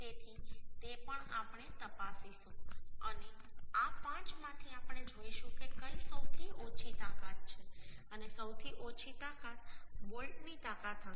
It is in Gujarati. તેથી તે પણ આપણે તપાસીશું અને આ 5 માંથી આપણે જોઈશું કે કઈ સૌથી ઓછી તાકાત છે અને સૌથી ઓછી તાકાત બોલ્ટની તાકાત હશે